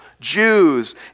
Jews